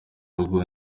rugo